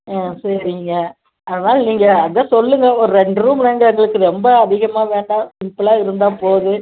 ம் சரிங்க அதனால் நீங்கள் அதுதான் சொல்லுங்கள் ஒரு ரெண்டு ரூம் வேணுங்க எங்களுக்கு ரொம்ப அதிகமாக வேண்டாம் சிம்பிளாக இருந்தால் போதும்